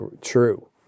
true